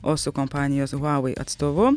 o su kompanijos huavei atstovu